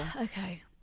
Okay